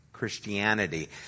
Christianity